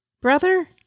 brother